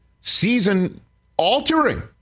season-altering